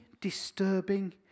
disturbing